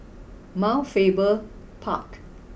Mount Faber Park